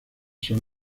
son